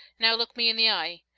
now, look me in the eye.